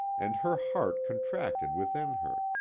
and her heart contracted within her.